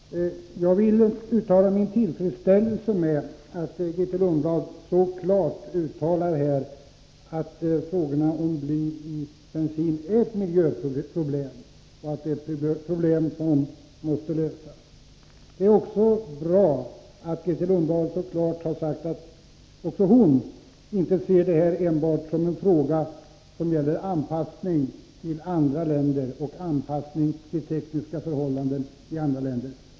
Herr talman! Jag vill uttala min tillfredsställelse över att Grethe Lundblad så klart framhöll att frågorna om bly i bensin är ett miljöproblem som måste lösas. Det var också bra att Grethe Lundblad så klart sade ifrån att också hon inte ser det hela som en fråga som enbart gäller anpassning till tekniska förhållanden i andra länder.